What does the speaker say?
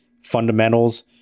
fundamentals